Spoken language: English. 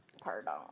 pardon